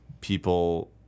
people